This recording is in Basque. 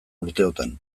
urteotan